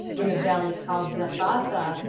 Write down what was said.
in a valley called zephathah,